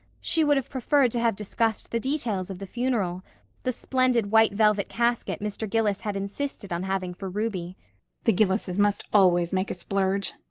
she would have preferred to have discussed the details of the funeral the splendid white velvet casket mr. gillis had insisted on having for ruby the gillises must always make a splurge,